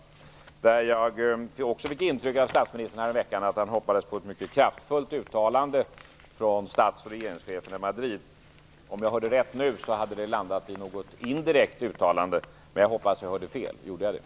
Också där fick jag häromveckan intrycket att statsministern hoppades på ett mycket kraftfullt uttalande från stats och regeringscheferna i Madrid. Om jag hörde rätt nu landade det i ett indirekt uttalande. Jag hoppas dock att jag hörde fel. Gjorde jag det?